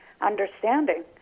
understanding